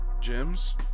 Gems